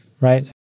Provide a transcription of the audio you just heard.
right